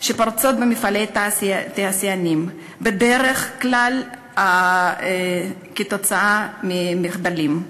שפורצות במפעלים תעשייתיים בדרך כלל עקב מחדלים.